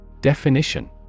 Definition